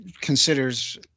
Considers